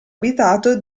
abitato